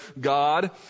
God